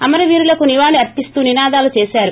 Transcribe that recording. అమర వీరులకు నివాళి అర్సిస్తూ నినాదాలు చేశారు